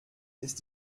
ist